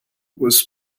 was